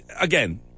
again